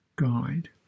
guide